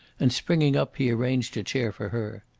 and, springing up, he arranged a chair for her.